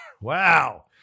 Wow